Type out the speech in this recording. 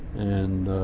and